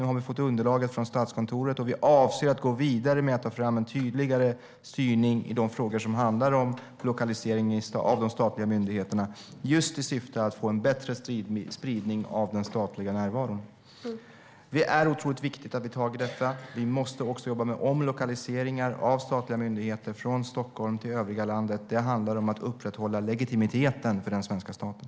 Nu har vi fått underlaget från Statskontoret, och vi avser att gå vidare med att ta fram en tydligare styrning i de frågor som handlar om lokalisering av de statliga myndigheterna just i syfte att få en bättre spridning av den statliga närvaron. Det är otroligt viktigt att ta tag i detta. Vi måste också jobba med omlokaliseringar av statliga myndigheter, från Stockholm till övriga landet. Det handlar om att upprätthålla legitimiteten för den svenska staten.